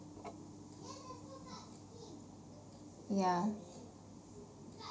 yeah